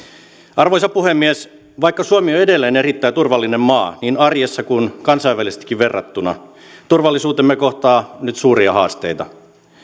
arvoisa puhemies vaikka suomi on edelleen erittäin turvallinen maa niin arjessa kuin kansainvälisestikin verrattuna turvallisuutemme kohtaa nyt suuria haasteita